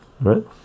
right